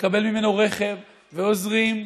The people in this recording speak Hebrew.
מקבל ממנו רכב, ועוזרים,